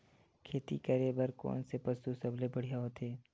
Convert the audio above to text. खेती करे बर कोन से पशु सबले बढ़िया होथे?